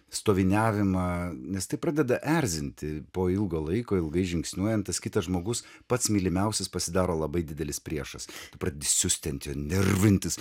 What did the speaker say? stoviniavimą nes tai pradeda erzinti po ilgo laiko ilgai žingsniuojant tas kitas žmogus pats mylimiausias pasidaro labai didelis priešas prededi siusti ant jo nervintis